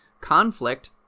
conflict